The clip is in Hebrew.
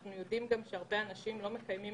אנחנו ידעים שהרבה אנשים לא מקיימים